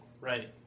Right